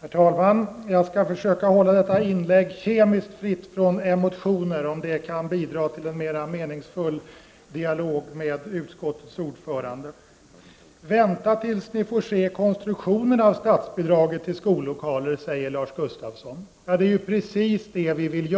Herr talman! Jag skall försöka hålla detta inlägg kemiskt fritt från emotioner — om det kan bidra till en mer meningsfull dialog med utskottets ordförande. Vänta tills ni får se konstruktionen av statsbidraget till skollokaler, sade Lars Gustafsson. Ja, det är ju precis det vi vill!